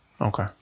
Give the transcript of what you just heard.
Okay